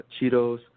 Cheetos